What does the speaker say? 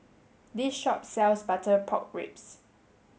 this shop sells butter pork ribs